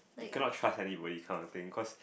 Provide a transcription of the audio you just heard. you cannot trust anybody kind of thing cause